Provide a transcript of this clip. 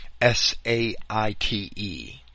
S-A-I-T-E